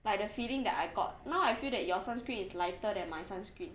like the feeling that I got now I feel that your sunscreen is lighter than mine sunscreen